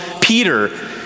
Peter